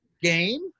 game